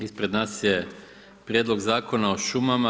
Ispred nas je Prijedlog zakona o šumama.